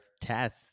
test